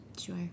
Sure